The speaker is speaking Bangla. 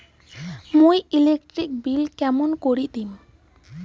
মুই ইলেকট্রিক বিল কেমন করি দিম?